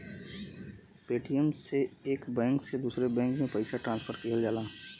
Paytm से एक bank से दूसरे बैंक में पइसा ट्रांसफर किहल जाला